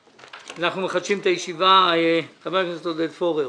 אני מתכבד לפתוח את ישיבת ועדת הכספים.